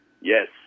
yes